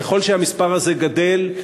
ככל שהמספר הזה גדל,